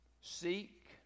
seek